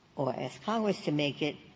or asked congress to make it,